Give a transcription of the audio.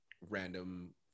random